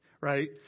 right